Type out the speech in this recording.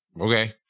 Okay